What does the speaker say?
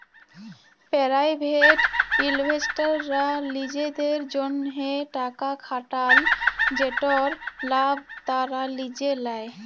private ইলভেস্টাররা লিজেদের জ্যনহে টাকা খাটাল যেটর লাভ তারা লিজে লেই